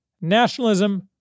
nationalism